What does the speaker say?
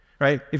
right